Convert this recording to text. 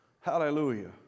Hallelujah